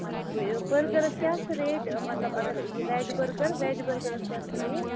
ٹھیٖک وٲلۍ بٔرگرَس کیٛاہ چھُ ریٹ مطلب اگر یہِ وٮ۪ج بٔرگر وٮ۪ج بٔرگرَس کیٛاہ حظ چھُ ریٹ